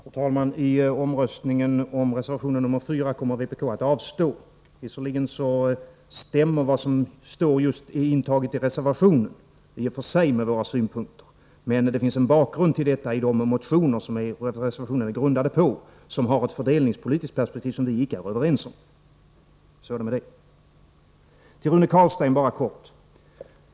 Fru talman! I omröstningen om reservation 4 kommer vpk att avstå. Visserligen stämmer vad som står intaget i den reservationen i och för sig med våra synpunkter, men den motion som reservationen är grundad på har ett fördelningspolitiskt perspektiv som vi icke är överens om. Så är det med detta. Till Rune Carlstein bara kort.